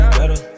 better